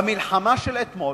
במלחמה של אתמול,